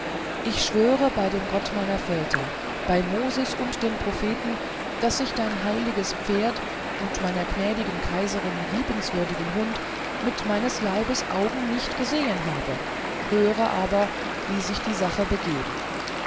ich schwöre bei dem gott meiner väter bei moses und den propheten daß ich dein heiliges pferd und meiner gnädigen kaiserin liebenswürdigen hund mit meines leibes augen nicht gesehen habe höre aber wie sich die sache begeben